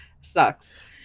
sucks